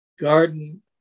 garden